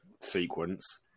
sequence